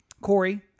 Corey